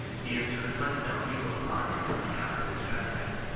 he is to inflict no evil upon him on account of his trespass.